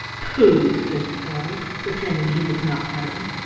pooh, said sprawley, pretending he was not frightened,